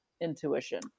intuition